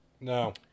No